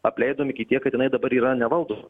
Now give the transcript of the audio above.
apleidom iki tiek kad jinai dabar yra nevaldoma